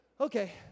Okay